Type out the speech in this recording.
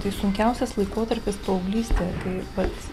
tai sunkiausias laikotarpis paauglystė kai pats